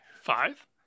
Five